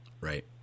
Right